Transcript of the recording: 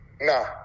nah